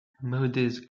maodez